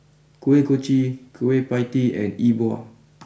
Kuih Kochi Kueh Pie Tee and E Bua